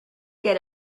get